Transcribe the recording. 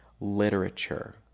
literature